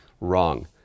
wrong